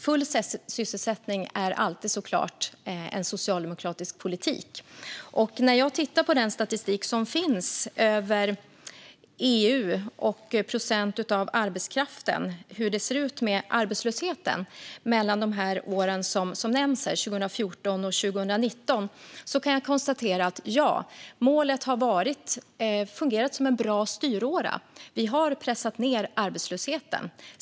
Full sysselsättning är såklart alltid en socialdemokratisk politik. När jag tittar på den statistik som finns gällande arbetslösheten och procent av arbetskraften i EU mellan de år som nämns, 2014 och 2019, kan jag konstatera att målet har fungerat som en bra styråra. Vi har pressat ned arbetslösheten.